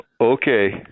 Okay